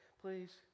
please